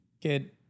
kid